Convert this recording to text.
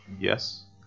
Yes